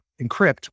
encrypt